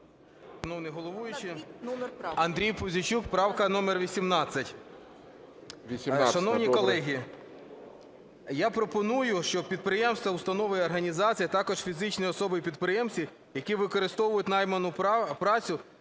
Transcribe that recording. Добре. ПУЗІЙЧУК А.В. Шановні колеги, я пропоную, щоб підприємства, установи і організації, а також фізичні особи і підприємці, які використовують найману працю,